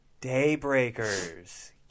daybreakers